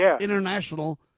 international